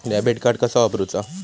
Debit card कसा वापरुचा?